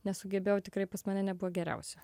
nesugebėjau tikrai pas mane nebuvo geriausi